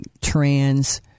trans